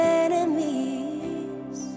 enemies